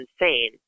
insane